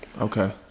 Okay